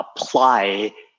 apply